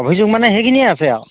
অভিযোগ মানে সেইখিনিয়ে আছে আৰু